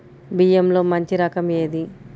బియ్యంలో మంచి రకం ఏది?